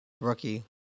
rookie